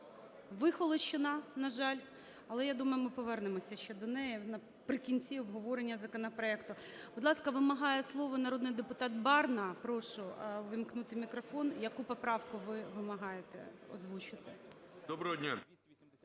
вихолощена, на жаль. Але я думаю, ми повернемося ще до неї наприкінці обговорення законопроекту. Будь ласка, вимагає слово народний депутат Барна. Прошу увімкнути мікрофон. Яку поправку ви вимагаєте озвучити? 10:26:38